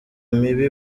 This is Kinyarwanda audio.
mibi